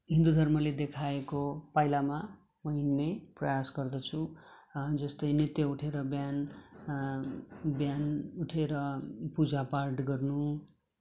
हिन्दू धर्मले देखाएको पाइलामा म हिँड्ने प्रयास गर्दछु जस्तै नित्य उठेर बिहान बिहान उठेर पूजा पाठ गर्नु